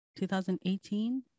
2018